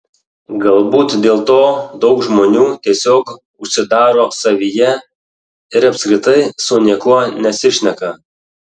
galbūt dėl to daug žmonių tiesiog užsidaro savyje ir apskritai su niekuo nesišneka